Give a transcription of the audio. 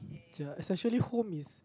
ya essentially home is